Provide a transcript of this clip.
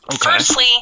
Firstly